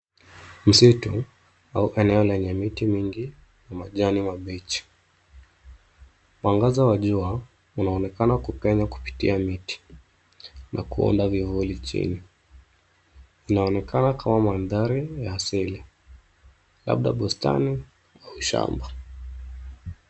msitu au eneo lenye miti mingi na majani ya kijani kibichi. Mwangaza wa jua unaonekana kupenya kupitia miti na kuunda vivuli chini. inaonekana kama mandhari ya asili, labda ni bustani.